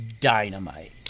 Dynamite